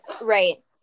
Right